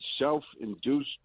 self-induced